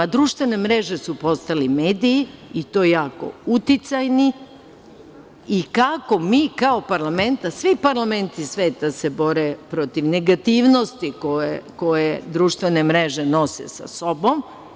Društvene mrežu su postale mediji i to jako uticajni, i kako mi kao parlament, a svi parlamenti sveta se bore protiv negativnosti koje društvene mreže nose sa sobom.